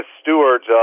stewards